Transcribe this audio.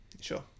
sure